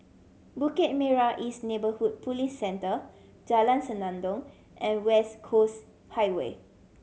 Bukit Merah East Neighbourhood Police Centre Jalan Senandong and West Coast Highway